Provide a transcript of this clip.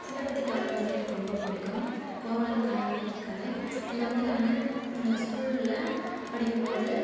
சிலப்பதிகாரம் வந்து எனக்கு ரொம்ப பிடிக்கும் கோவலன் கண்ணகி கதை இதில் வந்து நான் ஸ்கூலில் படிக்கும் போது